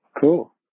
cool